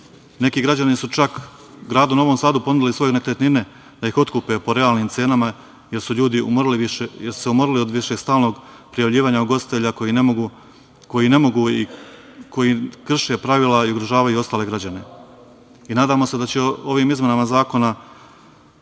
građani su čak gradu Novom Sadu ponudili svoje nekretnine da ih otkupe po realnim cenama jer su se ljudi umorili više od stalnog prijavljivanja ugostitelja koji ne mogu i koji krše pravila i ugrožavaju ostale građane. Nadamo se da će ovim izmenama zakona